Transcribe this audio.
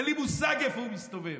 אין לי מושג איפה הוא מסתובב.